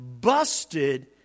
busted